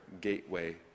gateway